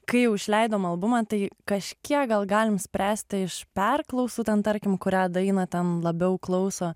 kai jau išleidom albumą tai kažkiek gal galim spręsti iš perklausų ten tarkim kurią dainą ten labiau klauso